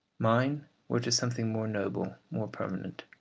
mine were to something more noble, more permanent,